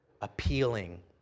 appealing